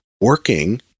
working